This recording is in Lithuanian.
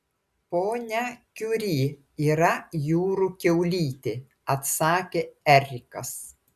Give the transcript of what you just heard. ponia kiuri yra jūrų kiaulytė atsakė erikas